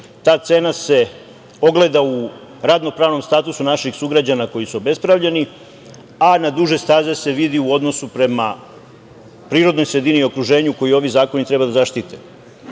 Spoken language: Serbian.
Ta cena se ogleda u radno-pravnom statusu naših sugrađana koji su obespravljeni, a na duže staze se vidi u odnosu prema prirodnoj sredini i okruženju koji ovi zakoni treba da zaštite.